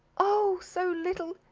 oh! so little,